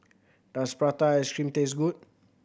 does prata ice cream taste good